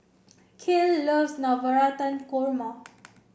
Cale loves Navratan Korma